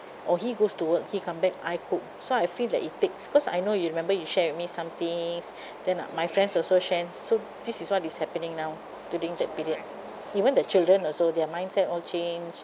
or he goes to work he come back I cook so I feel that it takes because I know you remember you share with me some things then my friends also share so this is what is happening now during that period even the children also their mindset all change